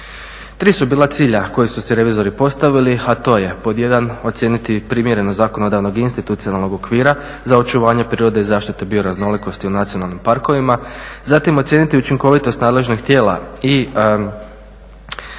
Tri su bila cilja koja su si revizori postavili, a to je pod jedan ocijeniti primjerenost zakonodavnog i institucionalnog okvira za očuvanje prirode i zaštite bioraznolikosti u nacionalnim parkovima. Zatim ocijeniti učinkovitost nadležnih tijela i